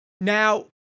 Now